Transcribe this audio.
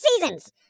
seasons